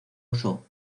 usó